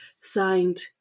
Signed